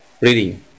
reading